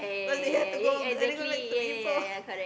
but they have to go let him go back to him for